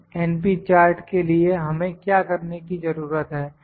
np chart के लिए हमें क्या करने की जरूरत है